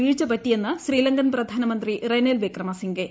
വീഴ്ചപറ്റിയെന്ന് ശ്രീലങ്കൻ പ്രധാനമന്ത്രി റെനിൽ വിക്രമസിംഗെ